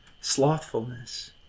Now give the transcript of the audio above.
slothfulness